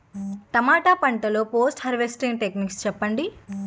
టమాటా పంట లొ post harvesting techniques చెప్పండి?